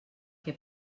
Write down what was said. que